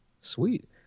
Sweet